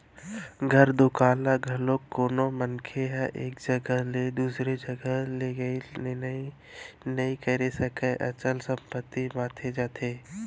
घर दुवार ल घलोक कोनो मनखे ह एक जघा ले दूसर जघा लेगई लनई नइ करे सकय, अचल संपत्ति माने जाथे